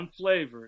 unflavored